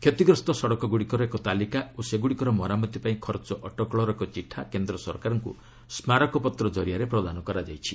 କ୍ଷତିଗ୍ରସ୍ତ ସଡ଼କଗୁଡ଼ିକର ଏକ ତାଲିକା ଓ ସେଗୁଡ଼ିକର ମରାମତି ପାଇଁ ଖର୍ଚ୍ଚ ଅଟକଳର ଏକ ଚିଠା କେନ୍ଦ୍ର ସରକାରଙ୍କୁ ସ୍କାରକପତ୍ର ଜରିଆରେ ପ୍ରଦାନ କରାଯାଇଛି